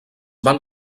van